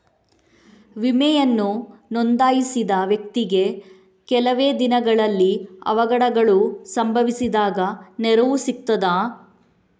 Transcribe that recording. ವಿಮೆಯನ್ನು ನೋಂದಾಯಿಸಿದ ವ್ಯಕ್ತಿಗೆ ಕೆಲವೆ ದಿನಗಳಲ್ಲಿ ಅವಘಡಗಳು ಸಂಭವಿಸಿದಾಗ ನೆರವು ಸಿಗ್ತದ?